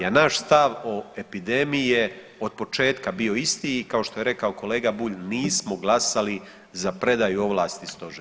A naš stav o epidemiji je otpočetka bio isti i kao što je rekao kolega Bulj nismo glasali za predaju ovlasti stožeru.